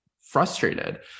frustrated